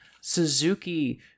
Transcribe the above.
Suzuki